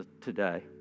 today